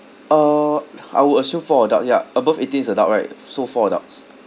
uh I will assume four adult ya above eighteen is adult right so four adults